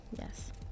Yes